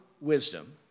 wisdom